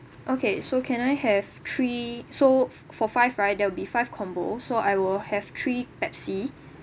okay so can I have three so for five right there'll be five combo so I will have three pepsi